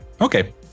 okay